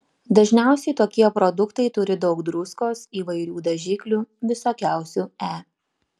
dažniausiai tokie produktai turi daug druskos įvairių dažiklių visokiausių e